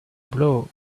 blow